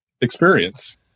experience